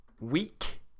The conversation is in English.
week